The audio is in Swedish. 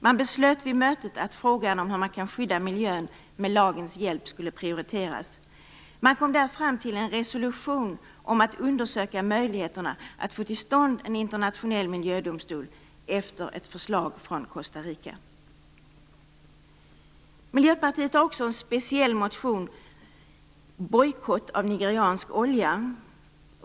Man beslutade vid mötet att frågan om hur man kan skydda miljön med lagens hjälp skulle prioriteras. Man kom där fram till en resolution om att undersöka möjligheterna att få till stånd en internationell miljödomstol efter ett förslag från Costa Rica. Miljöpartiet har också en speciell motion om bojkott av nigeriansk olja.